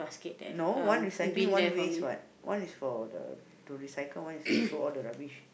no one recycling one waste what one is for the to recycle one is to throw all the rubbish